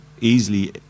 easily